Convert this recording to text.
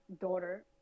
daughter